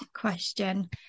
question